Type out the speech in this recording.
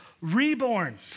reborn